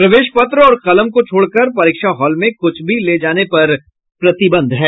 प्रवेश पत्र और कलम को छोड़कर परीक्षा हॉल में कुछ भी ले जाने पर प्रतिबंध है